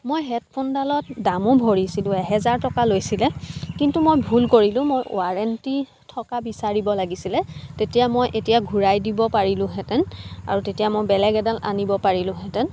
মই হেডফোনডালত দামো ভৰিছিলোঁ এহেজাৰ টকা লৈছিলে কিন্তু মই ভুল কৰিলোঁ মই ৱাৰেণ্টি থকা বিচাৰিব লাগিছিলে তেতিয়া মই এতিয়া ঘূৰাই দিব পাৰিলোহেঁতেন আৰু তেতিয়া মই বেলেগ এডাল আনিব পাৰিলোঁহেঁতেন